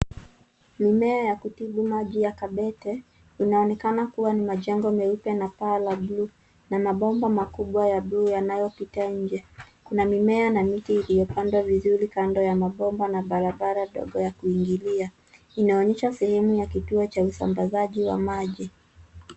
Eneo ya kutibu maji ya Kabete. Inaonekana kuwa ni majengo meupe na paa la bluu na mabomba makubwa ya bluu yanayopita nje. Kuna mimea na miti iliyopandwa vizuri kando ya mabomba na barabara ndogo ya kuingilia. Inaonyesha sehemu ya kituo cha usambazaji wa maji.